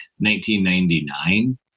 1999